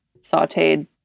sauteed